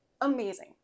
amazing